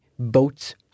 Boats